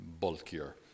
bulkier